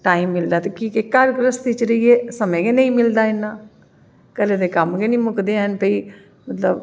time मिलदा की के घर घ्रिस्ती च रेहियै समें गै नी मिलदा इन्नां घऱे दे कम्म गै नी मुकदे होन ते